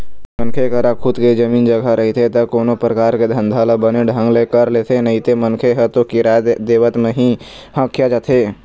मनखे करा खुद के जमीन जघा रहिथे ता कोनो परकार के धंधा ल बने ढंग ले कर लेथे नइते मनखे ह तो किराया देवत म ही हकिया जाथे